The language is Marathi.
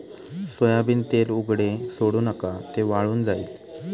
सोयाबीन तेल उघडे सोडू नका, ते वाळून जाईल